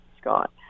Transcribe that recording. Scott